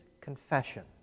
confession